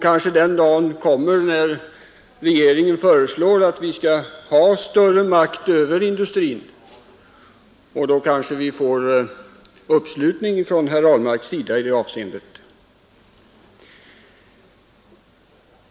Kanske den dagen kommer när regeringen föreslår att vi skall ha större makt över industrin, och då kanske vi får anslutning från herr Ahlmark i det avseendet.